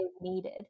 needed